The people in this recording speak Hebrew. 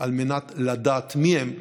על מנת לדעת מי הם,